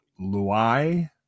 Luai